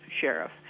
sheriff